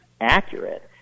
accurate